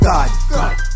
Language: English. God